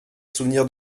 souvenir